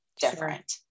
different